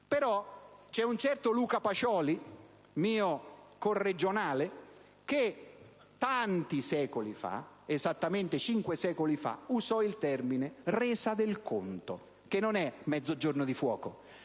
c'è un certo Luca Pacioli, mio corregionale, che tanti secoli fa - esattamente cinque secoli fa - usò il termine «resa del conto», che non è «Mezzogiorno di fuoco»: